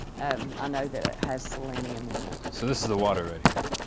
and i know that it has selenium in it. so this is the water right here?